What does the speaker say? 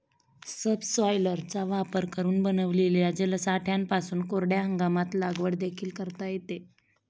सबसॉयलरचा वापर करून बनविलेल्या जलसाठ्यांपासून कोरड्या हंगामात लागवड देखील करता येते